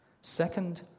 Second